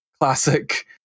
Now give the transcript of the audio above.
Classic